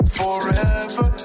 forever